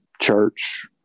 church